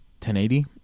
1080